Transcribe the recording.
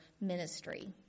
ministry